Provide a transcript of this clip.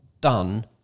done